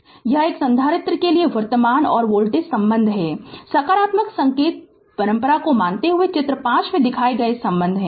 Refer Slide Time 0858 यह एक संधारित्र के लिए वर्तमान और वोल्टेज संबंध है सकारात्मक संकेत परंपरा को मानते हुए चित्र 5 में दिखाए गए संबंध